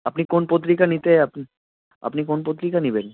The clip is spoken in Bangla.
আপনি কোন পত্রিকা নিতে আপনি আপনি কোন পত্রিকা নিবেন